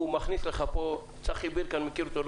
אני מכיר את צחי בירק לא מהיום.